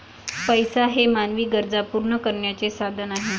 पैसा हे मानवी गरजा पूर्ण करण्याचे साधन आहे